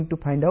762 90